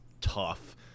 tough